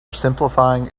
simplifying